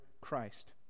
Christ